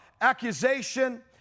accusation